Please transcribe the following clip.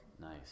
Nice